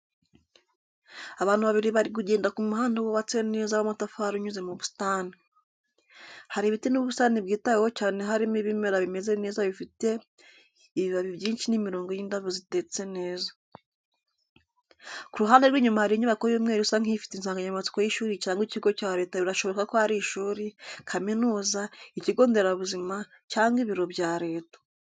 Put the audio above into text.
Abantu babiri bari kugenda ku muhanda wubatse neza w’amatafari unyuze mu busitani. Hari ibiti n’ubusitani bwitaweho cyane harimo ibimera bimeze neza ibiti bifite ibibabi byinshi n’imirongo y’indabo zitetse neza. Ku ruhande rw’inyuma hari inyubako y’umweru isa nk’ifite insanganyamatsiko y’ishuri cyangwa ikigo cya leta birashoboka ko ari ishuri, kaminuza, ikigo nderabuzima, cyangwa ibiro bya leta.